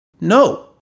No